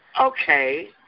Okay